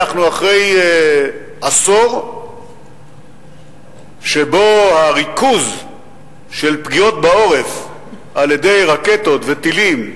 אנחנו אחרי עשור שבו הריכוז של פגיעות בעורף על-ידי רקטות וטילים,